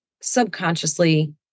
subconsciously